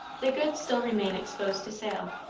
the goods still remain exposed to sale,